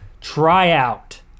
tryout